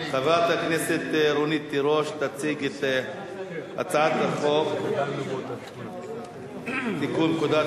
חברת הכנסת רונית תירוש תציג את הצעת חוק לתיקון פקודת